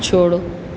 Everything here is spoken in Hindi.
छोड़ो